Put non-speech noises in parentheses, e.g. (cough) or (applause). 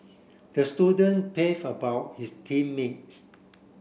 the student (unintelligible) about his team mates